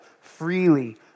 freely